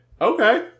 Okay